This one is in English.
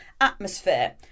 atmosphere